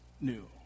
new